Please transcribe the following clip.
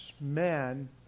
man